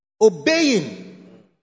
obeying